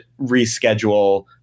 reschedule